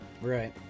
right